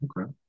okay